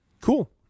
Cool